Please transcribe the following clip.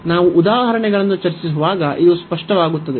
ನಾವು ಉದಾಹರಣೆಗಳನ್ನು ಚರ್ಚಿಸುವಾಗ ಇದು ಸ್ಪಷ್ಟವಾಗುತ್ತದೆ